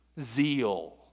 zeal